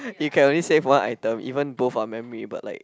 you can only save one item even both are memory but like